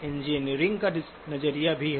engineering का नजरिया भी है